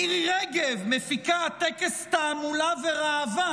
מירי רגב מפיקה טקס תעמולה וראווה,